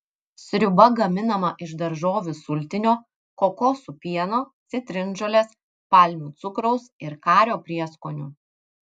sriuba gaminama iš daržovių sultinio kokosų pieno citrinžolės palmių cukraus ir kario prieskonių